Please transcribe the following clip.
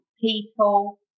people